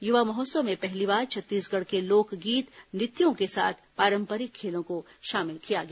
युवा महोत्सव में पहली बार छत्तीसगढ़ के लोक गीत नृत्यों के साथ पारंपरिक खेलों को शामिल किया गया